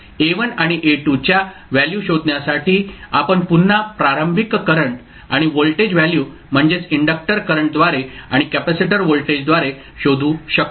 A1 आणि A2 च्या value शोधण्यासाठी आपण पुन्हा प्रारंभिक करंट आणि व्होल्टेज व्हॅल्यू म्हणजेच इंडक्टर करंटद्वारे आणि कॅपेसिटर व्होल्टेजद्वारे शोधू शकतो